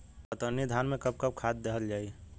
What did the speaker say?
कतरनी धान में कब कब खाद दहल जाई?